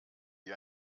wie